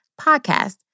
podcast